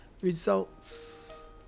results